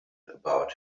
about